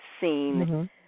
seen